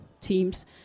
teams